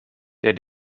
der